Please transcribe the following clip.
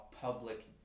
public